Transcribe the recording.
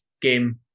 game